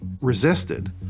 resisted